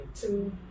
two